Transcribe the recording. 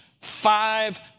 five